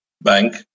Bank